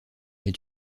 les